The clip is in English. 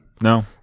No